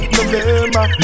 November